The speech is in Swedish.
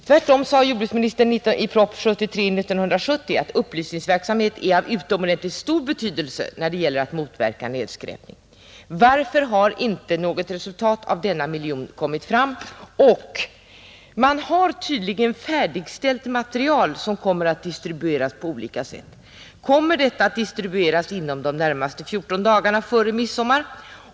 Tvärtom sade jordbruksministern i proposition 73 år 1970 att upplysningsverksamhet är av utomordentligt stor betydelse när det gäller att motverka nedskräpning. Varför har inte något resultat av denna miljon kommit fram? 2. Man har tydligen färdigställt material, som kommer att distribueras på olika håll. Kommer detta att ske inom de närmaste fjorton dagarna före midsommar?